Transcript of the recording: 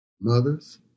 Mothers